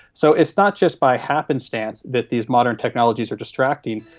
so it's not just by happenstance that these modern technologies are distracting,